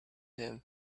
him